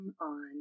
on